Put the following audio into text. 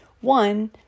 one